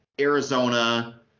Arizona